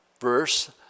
verse